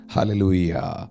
Hallelujah